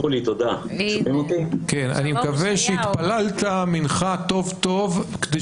אני מקווה שהתפללת מנחה טוב טוב כדי